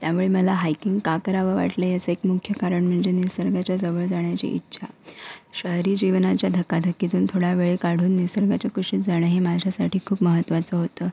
त्यामुळे मला हायकिंग का करावं वाटलं याचं एक मुख्य कारण म्हणजे निसर्गाच्या जवळ जाण्याची इच्छा शहरी जीवनाच्या धकाधकीतून थोडा वेळ काढून निसर्गाच्या कुशीत जाणं हे माझ्यासाठी खूप महत्त्वाचं होतं